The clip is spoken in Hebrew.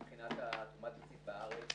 קודם כול להגיד מבחינת תרומת ביצית בארץ ובחו"ל.